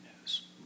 news